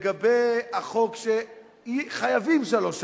לגבי החוק, שחייבים שלוש שנים,